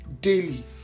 daily